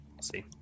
see